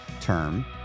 term